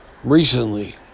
Recently